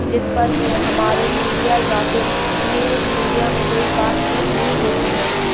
جس پر میں ہمارے میڈیا یا پھر نیوز میڈیا میں کوئی بات چیت نہیں ہوتی ہے